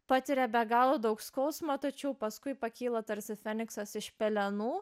patiria be galo daug skausmo tačiau paskui pakyla tarsi feniksas iš pelenų